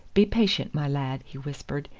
be patient, my lad, he whispered,